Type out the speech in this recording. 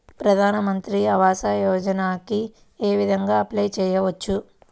ప్రధాన మంత్రి ఆవాసయోజనకి ఏ విధంగా అప్లే చెయ్యవచ్చు?